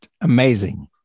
amazing